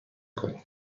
کنیم